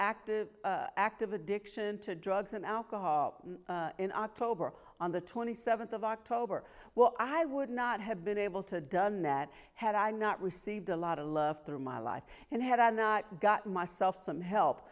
active active addiction to drugs and alcohol in october on the twenty seventh of october well i would not have been able to done that had i not received a lot of love through my life and had i not gotten myself some help